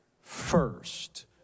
First